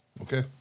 Okay